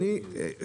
גם וגם.